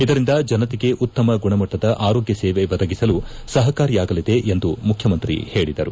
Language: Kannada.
ಇದರಿಂದ ಜನತೆಗೆ ಉತ್ತಮ ಗುಣಮಟ್ಟದ ಆರೋಗ್ಯ ಸೇವೆ ಒದಗಿಸಲು ಸಹಕಾರಿಯಾಗಲಿದೆ ಎಮದು ಮುಖ್ಯಮಂತ್ರಿ ಹೇಳಿದರು